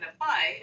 apply